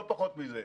לא פחות מזה.